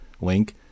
link